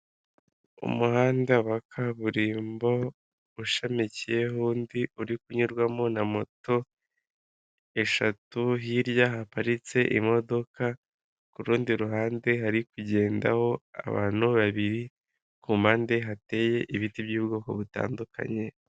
Umuhanda wa kaburimbo ushamikiye undi uri kunyurwamo na moto eshatu, hirya haparitse imodoka kuru rundi ruhande hari kugendaho abantu babiri ku mpande hateye ibiti by'ubwoko butandukanye.